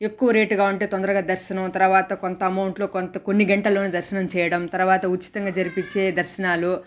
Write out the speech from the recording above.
ఎక్కువ రేటుగా ఉంటే తొందరగా దర్శనం తర్వాత కొంత అమౌంట్లో కొంత కొన్ని గంటల్లోనే దర్శనం చేయడం తర్వాత ఉచితంగా జరిపిచ్చే దర్శనాలు